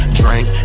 drink